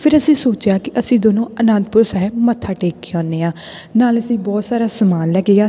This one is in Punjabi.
ਫਿਰ ਅਸੀਂ ਸੋਚਿਆ ਕਿ ਅਸੀਂ ਦੋਨੋਂ ਅਨੰਦਪੁਰ ਸਾਹਿਬ ਮੱਥਾ ਟੇਕ ਕੇ ਅਉਂਦੇ ਹਾਂ ਨਾਲ ਅਸੀਂ ਬਹੁਤ ਸਾਰਾ ਸਮਾਨ ਲੈ ਕੇ ਗਿਆ